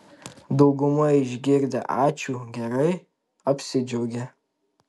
dauguma išgirdę ačiū gerai apsidžiaugia